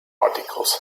articles